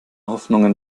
hoffnungen